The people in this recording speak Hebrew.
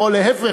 חברים,